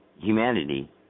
humanity